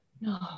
no